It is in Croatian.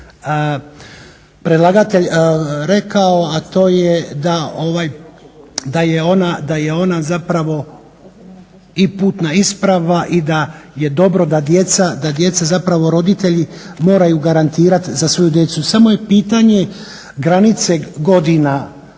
je da ovaj da je ona zapravo i putna isprava i da je dobro da djeca zapravo roditelji moraju garantirati za svoju djecu. Samo je pitanje granice godina,